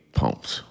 pumps